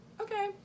okay